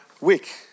week